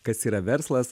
kas yra verslas